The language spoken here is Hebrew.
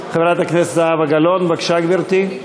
חברת הכנסת זהבה גלאון, בבקשה, גברתי.